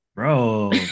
Bro